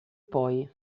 poi